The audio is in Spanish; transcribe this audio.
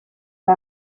que